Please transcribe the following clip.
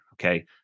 Okay